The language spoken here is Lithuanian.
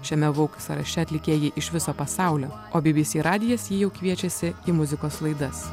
šiame voug sąraše atlikėjai iš viso pasaulio o bbc radijas jį jau kviečiasi į muzikos laidas